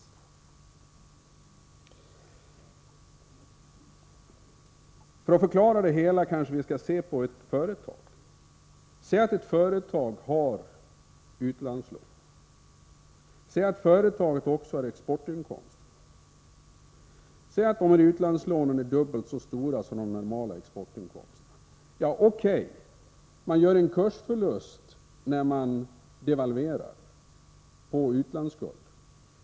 För att förklara det hela kanske vi skall se på ett företag. Säg att ett företag har utlandslån men också exportinkomster. Säg att utlandslånen är dubbelt så stora som de normala exportinkomsterna. Vid en devalvering gör företaget en kursförlust på utlandsskulden.